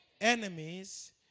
enemies